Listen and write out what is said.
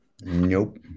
Nope